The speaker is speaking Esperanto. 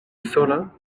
sola